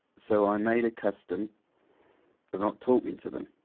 so i made a custom of not talking to them,